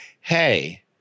hey